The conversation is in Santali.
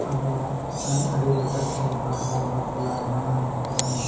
ᱟᱵᱚᱣᱟᱜ ᱟᱹᱱᱼᱟᱹᱨᱤ ᱞᱮᱠᱟᱛᱮ ᱵᱟᱦᱟ ᱵᱟᱯᱞᱟ ᱵᱷᱟᱸᱰᱟᱱ ᱠᱩᱰᱟᱹᱱ